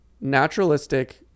naturalistic